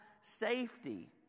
safety